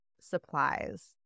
supplies